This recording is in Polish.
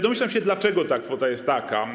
Domyślam się, dlaczego ta kwota jest taka.